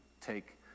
take